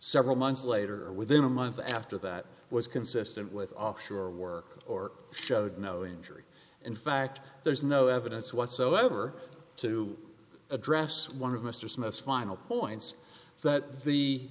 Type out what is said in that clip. several months later within a month after that was consistent with offshore work or showed no injury in fact there's no evidence whatsoever to address one of mr smith's final points that the